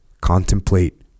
contemplate